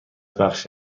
بخش